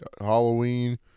Halloween